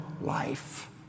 life